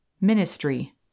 Ministry